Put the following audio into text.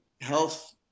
health